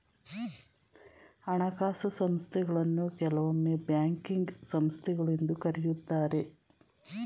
ಹಣಕಾಸು ಸಂಸ್ಥೆಗಳನ್ನು ಕೆಲವೊಮ್ಮೆ ಬ್ಯಾಂಕಿಂಗ್ ಸಂಸ್ಥೆಗಳು ಎಂದು ಕರೆಯುತ್ತಾರೆ